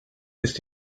ist